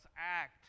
act